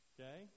Okay